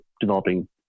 developing